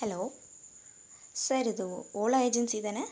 hello sir இது Ola agency தானே